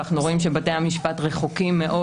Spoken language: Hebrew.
אנו רואים שבתי המשפט רחוקים מאוד